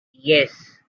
yes